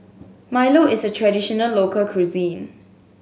milo is a traditional local cuisine